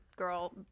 girl